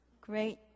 great